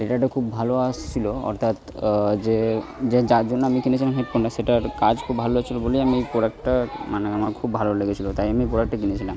এটা খুব ভালো আসছিলো অর্থাৎ যে যে যা জন্য আমি কিনেছিলাম হেডফোনটা সেটার কাজ খুব ভালো হচ্ছিলো বলেই আমি প্রোডাক্টটা মানে আমার খুব ভালো লেগেছিলো তাই আমি প্রোডাক্টটি কিনেছিলাম